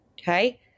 okay